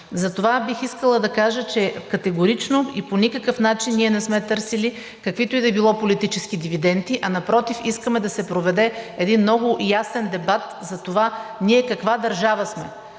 Затова бих искала да кажа, че категорично и по никакъв начин не сме търсили каквито и да било политически дивиденти, а напротив, искаме да се проведе един много ясен дебат за това ние каква държава сме